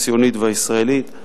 הציונית והישראלית.